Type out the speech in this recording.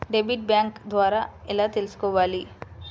Debit bank ద్వారా ఎలా తీసుకోవాలి?